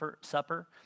Supper